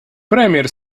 premier